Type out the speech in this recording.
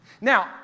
Now